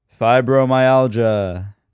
fibromyalgia